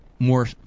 More